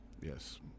Yes